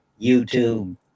youtube